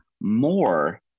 more